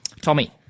Tommy